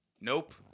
Nope